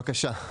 בבקשה.